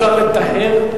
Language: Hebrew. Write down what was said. לטהר?